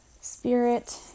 spirit